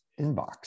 inbox